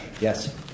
Yes